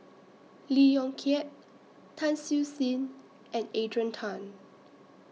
Lee Yong Kiat Tan Siew Sin and Adrian Tan